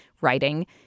writing